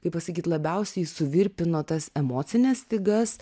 kaip pasakyt labiausiai suvirpino tas emocines stygas